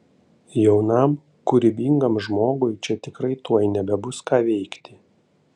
jaunam kūrybingam žmogui čia tikrai tuoj nebebus ką veikti